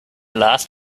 last